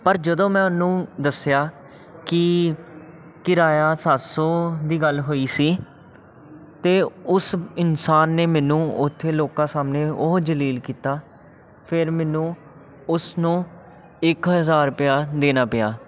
ਪਰ ਜਦੋਂ ਮੈਂ ਉਹਨੂੰ ਦੱਸਿਆ ਕਿ ਕਿਰਾਇਆ ਸੱਤ ਸੌ ਦੀ ਗੱਲ ਹੋਈ ਸੀ ਤਾਂ ਉਸ ਇਨਸਾਨ ਨੇ ਮੈਨੂੰ ਉੱਥੇ ਲੋਕਾਂ ਸਾਹਮਣੇ ਉਹ ਜ਼ਲੀਲ ਕੀਤਾ ਫਿਰ ਮੈਨੂੰ ਉਸ ਨੂੰ ਇੱਕ ਹਜ਼ਾਰ ਰੁਪਇਆ ਦੇਣਾ ਪਿਆ